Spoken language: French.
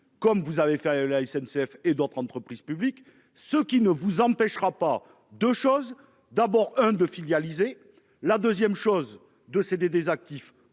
comme vous avez fait la SNCF et d'autres entreprises publiques, ce qui ne vous empêchera pas de choses d'abord hein de filialiser la 2ème chose de céder des actifs